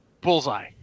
bullseye